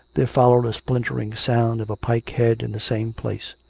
there followed a splintering sound of a pike-head in the same place.